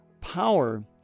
power